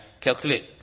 calculate